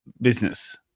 business